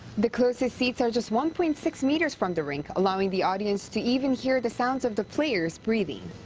the closest seats are just one point six meters from the rink, allowing the audience to even hear the sound of the players breathing.